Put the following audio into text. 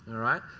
all right.